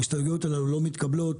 ההסתייגויות הללו לא מתקבלות,